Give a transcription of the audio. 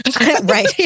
Right